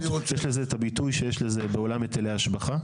יש לזה את הביטוי שיש לזה בעולם היטבלי השבחה,